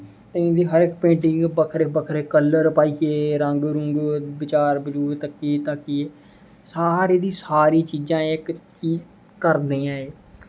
इं'दी हर इक पेंटिंग बक्खरे बक्खरे कलर पाइयै रंग रूंग बजार बज़ूर धक्की धूक्की सारें दी सारी चीज़ां एह् कीऽ करने